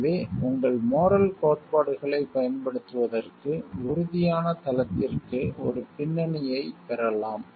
எனவே உங்கள் மோரல் கோட்பாடுகளைப் பயன்படுத்துவதற்கு உறுதியான தளத்திற்கு ஒரு பின்னணியைப் பெறலாம்